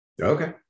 okay